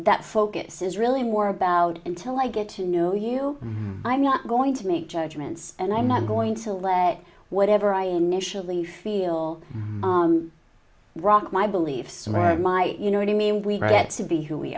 that focus is really more about until i get to know you i'm not going to make judgments and i'm not going to let whatever i initially feel rock my beliefs or have my you know what i mean we get to be who we